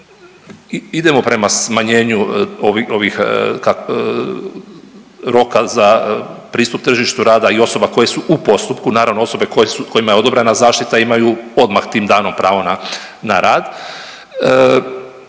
idemo prema smanjenju ovih, ovih roka za pristup tržištu rada i osoba koje su u postupku. Naravno osobe koje su, kojima je odobrena zaštita imaju odmah tim danom pravo na rad.